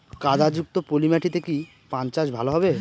কাদা যুক্ত পলি মাটিতে কি পান চাষ ভালো হবে?